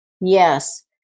Yes